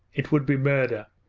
it would be murder.